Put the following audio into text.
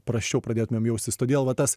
prasčiau pradėtumėm jaustis todėl va tas